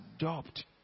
adopt